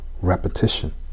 repetition